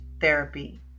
therapy